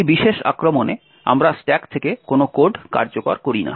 এই বিশেষ আক্রমণে আমরা স্ট্যাক থেকে কোনও কোড কার্যকর করি না